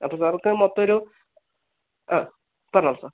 അപ്പോൾ സാറിക്ക് മൊത്തം ഒരു ആ പറഞ്ഞോ സാർ